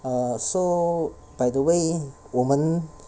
err so by the way 我们